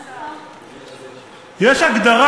יש,